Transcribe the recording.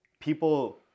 people